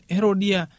Herodia